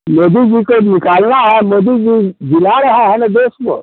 मोदी जी को निकालना है मोदी जी जला रहा है ना देश को